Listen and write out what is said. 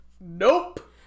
Nope